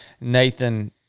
Nathan